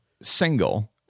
single